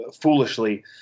foolishly